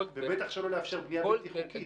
ובטח שלא לאפשר בנייה בלתי חוקית.